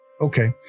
Okay